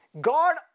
God